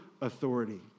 authority